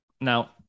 now